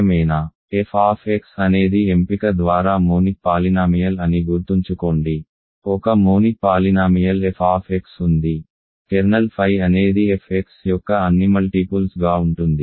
f అనేది ఎంపిక ద్వారా మోనిక్ పాలినామియల్ అని గుర్తుంచుకోండి ఒక మోనిక్ పాలినామియల్ f ఉంది కెర్నల్ phi అనేది f x యొక్క అన్నిమల్టీపుల్స్ గా ఉంటుంది